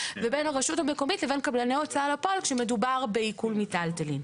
ובין הרשות המקומית לבין קבלני ההוצאה לפועל כשמדובר בעיקול מיטלטלין.